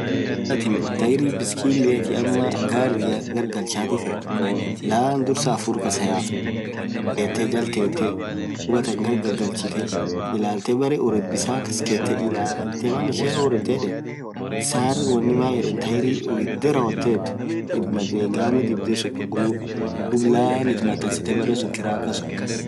hoo atiin tairii gariaa ama biskiliia gargalchaa feet, laan dursaa hafuur kasaa yaaftaa.jaltetee gargagalchitee akk ishiin urret illalt bissan kass kette kirakaa sun gamuu it dotee duub laan it mattansiit.